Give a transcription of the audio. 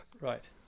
Right